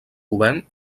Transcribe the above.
govern